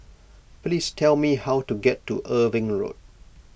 please tell me how to get to Irving Road